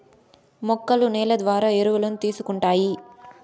మొక్కలు నేల ద్వారా ఎరువులను తీసుకుంటాయి